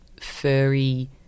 furry